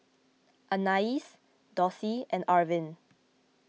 Anais Dossie and Arvin